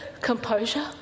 Composure